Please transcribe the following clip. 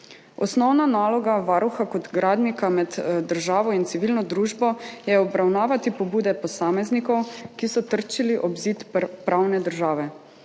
Osnovna naloga Varuha kot gradnika med državo in civilno družbo je obravnavati pobude posameznikov, ki so trčili ob zid pravne države.